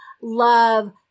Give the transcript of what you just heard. love